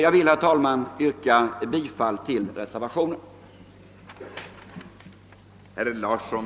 Jag vill, herr talman, yrka bifall till reservationen.